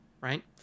right